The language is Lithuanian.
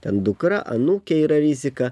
ten dukra anūkė yra rizika